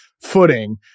footing